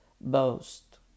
boast